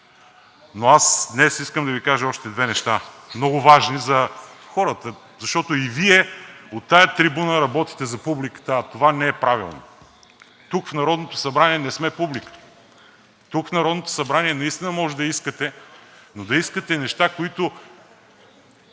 днес? Днес искам да Ви кажа още две неща много важни за хората. Защото и Вие от тази трибуна работите за публиката, а това не е правилно. Тук в Народното събрание не сме публика. Тук в Народното събрание наистина може да искате, но да искате неща, които